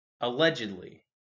Allegedly